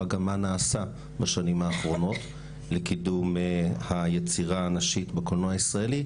גם מה נעשה בשנים האחרונות לקידום היצירה הנשית בקולנוע הישראלי,